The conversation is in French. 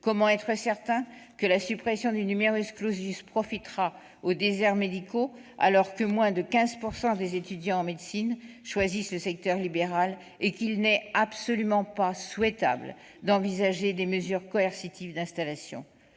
Comment être certain que la suppression du profitera aux déserts médicaux, alors que moins de 15 % des étudiants en médecine choisissent le secteur libéral et qu'il n'est absolument pas souhaitable d'envisager des mesures coercitives d'installation ?